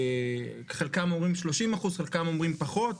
חלקם אומרים 30%, חלקם אומרים פחות.